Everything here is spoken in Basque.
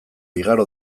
igaro